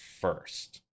first